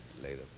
later